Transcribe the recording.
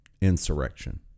insurrection